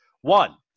One